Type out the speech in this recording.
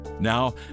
Now